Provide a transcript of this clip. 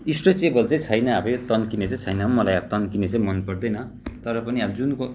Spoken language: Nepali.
स्ट्रेचेबल चाहिँ छैन अब यो तन्किने चाहिँ छैन मलाई अब तन्किने चाहिँ मन पर्दैन तर पनि अब जुनको